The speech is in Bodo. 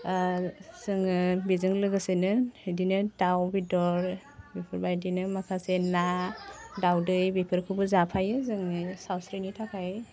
जोङो बेजों लोगोसेनो बिदिनो दाव बेदर बेफोरबायदिनो माखासे ना दावदै बेफोरखौबो जाफायो जोंनाव सावस्रिनि थाखाय